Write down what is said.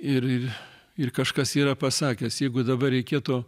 ir ir ir kažkas yra pasakęs jeigu dabar reikėtų